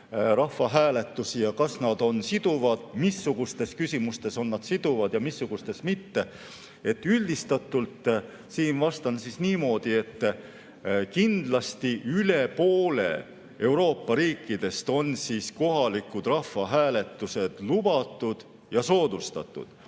rahvahääletusi ja kas nad on siduvad, missugustes küsimustes on nad siduvad ja missugustes mitte. Üldistatult siin vastan niimoodi, et kindlasti üle poole Euroopa riikides on kohalikud rahvahääletused lubatud ja soodustatud.